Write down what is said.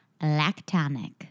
lactonic